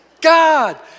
God